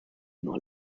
nur